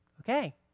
Okay